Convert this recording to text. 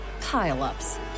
pile-ups